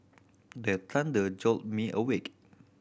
the thunder jolt me awake